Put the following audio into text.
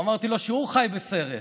אמרתי לו שהוא חי בסרט.